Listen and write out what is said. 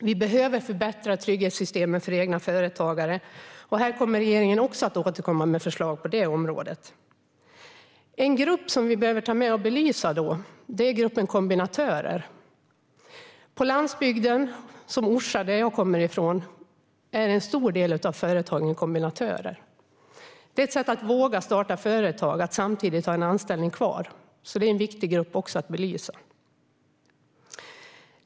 Vi behöver förbättra trygghetssystemen för egenföretagare. Regeringen kommer att återkomma med förslag också på det området. En grupp som vi behöver belysa är gruppen kombinatörer. På landsbygden, till exempel Orsa, som jag kommer från, är en stor del av företagarna kombinatörer. Det är ett sätt att våga starta företag: att samtidigt ha en anställning kvar. Det är en viktig grupp att belysa.